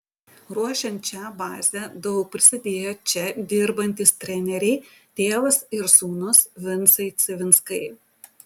ruošiant šią bazę daug prisidėjo čia dirbantys treneriai tėvas ir sūnus vincai civinskai